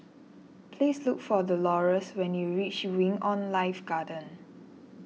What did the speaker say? please look for the Dolores when you reach Wing on Life Garden